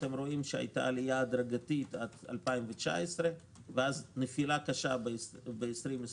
שהייתה עלייה הדרגתית עד 2019 ואז נפילה קשה ב-2020,